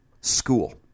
school